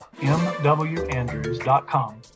mwandrews.com